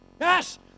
yes